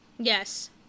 Yes